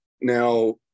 Now